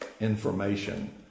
information